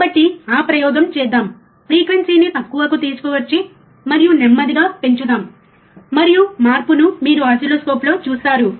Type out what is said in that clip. కాబట్టి ఆ ప్రయోగం చేద్దాం ఫ్రీక్వెన్సీని తక్కువకు తీసుకువచ్చి మరియు నెమ్మదిగా పెంచుదాం మరియు మార్పును మీరు ఓసిల్లోస్కోప్లో చూస్తారు